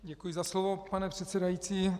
Děkuji za slovo, pane předsedající.